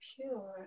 pure